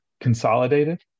consolidated